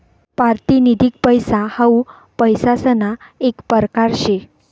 पारतिनिधिक पैसा हाऊ पैसासना येक परकार शे